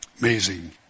Amazing